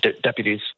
deputies